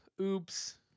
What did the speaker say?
Oops